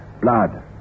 Blood